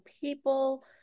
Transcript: people